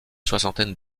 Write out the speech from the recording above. soixantaine